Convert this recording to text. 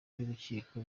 y’urukiko